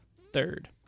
third